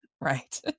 Right